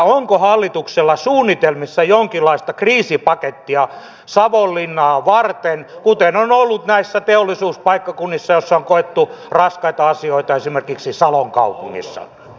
onko hallituksella suunnitelmissa jonkinlaista kriisipakettia savonlinnaa varten kuten on ollut näillä teollisuuspaikkakunnilla joilla on koettu raskaita asioita esimerkiksi salon kaupungissa